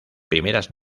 primeras